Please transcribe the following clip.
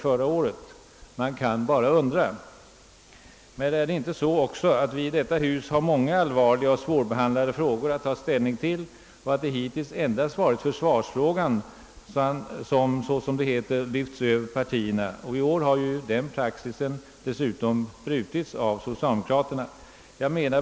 Förhåller det sig inte också så, att vi i detta hus har många svårbehandlade frågor att ta ställning till och att det hittills bara varit försvarsfrågan som lyfts över partierna — i år har dessutom denna praxis brutits av socialdemokraterna.